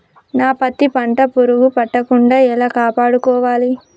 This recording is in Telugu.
నా పత్తి పంట పురుగు పట్టకుండా ఎలా కాపాడుకోవాలి?